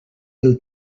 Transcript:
del